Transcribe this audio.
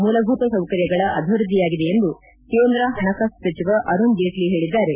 ಮೂಲಭೂತ ಸೌಕರ್ಯಗಳ ಅಭಿವೃದ್ದಿಯಾಗಿದೆ ಎಂದು ಕೇಂದ್ರ ಹಣಕಾಸು ಸಚಿವ ಅರುಣ್ ಜೇಟ್ಲ ಹೇಳಿದ್ದಾರೆ